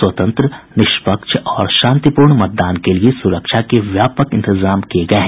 स्वतंत्र निष्पक्ष और शांतिपूर्ण मतदान के लिये सुरक्षा के व्यापक इंतजाम किये गये हैं